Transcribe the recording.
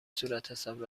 صورتحساب